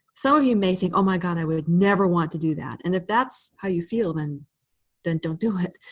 so of you may think, oh, my god, i would never want to do that. and if that's how you feel, then then don't do it.